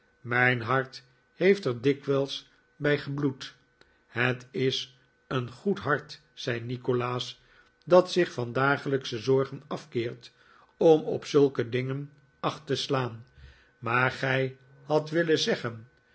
mijn hart heeft er dikwijls bij gebloed het is een goed hart zei nikolaas dat zich van dagelijksche zorgen afkeert om op zulke dingen acht te slaan maar gij hadt willen zeggen